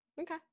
Okay